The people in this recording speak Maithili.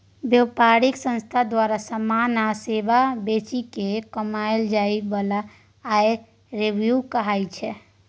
बेपारिक संस्था द्वारा समान या सेबा बेचि केँ कमाएल जाइ बला आय रेवेन्यू कहाइ छै